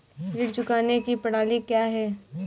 ऋण चुकाने की प्रणाली क्या है?